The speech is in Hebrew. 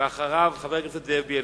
ואחריו, חבר הכנסת זאב בילסקי.